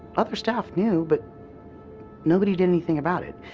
other staff knew but nobody did anything about it,